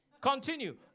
Continue